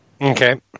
Okay